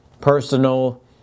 personal